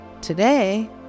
Today